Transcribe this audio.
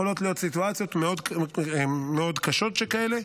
יכולות להיות סיטואציות מאוד קשות שכאלה,